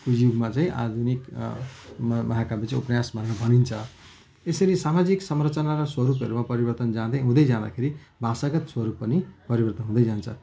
युगमा चाहिँ आधुनिक म महाकाव्य चाहिँ उपन्यास भनिन्छ यसरी सामाजिक संरचना र स्वरूपहरूमा परिवर्तन जाँदै हुँदै जाँदाखेरि भाषागत स्वरूप पनि परिवर्तन हुँदै जान्छ